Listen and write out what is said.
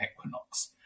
equinox